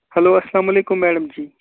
hello اَسلامُ علیکُم madam جی